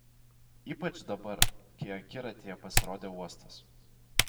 ypač dabar kai akiratyje pasirodė uostas